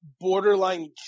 Borderline